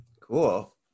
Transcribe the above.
Cool